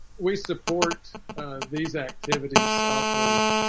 we support these activities off of